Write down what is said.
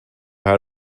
how